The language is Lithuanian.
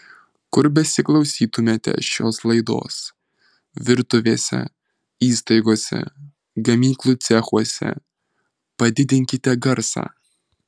kur besiklausytumėte šios laidos virtuvėse įstaigose gamyklų cechuose padidinkite garsą